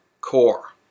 core